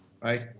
right